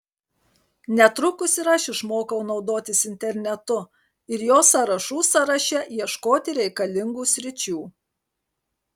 netrukus ir aš išmokau naudotis internetu ir jo sąrašų sąraše ieškoti reikalingų sričių